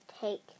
take